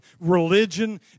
religion